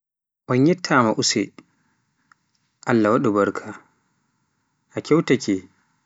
On yettama use, Allah waɗu barka, a keutaake.